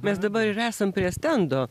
mes dabar ir esam prie stendo